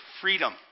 freedom